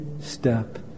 step